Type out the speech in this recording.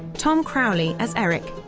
tom crowley as eric,